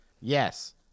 Yes